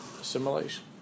Assimilation